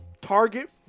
target